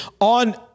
on